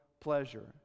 pleasure